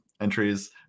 entries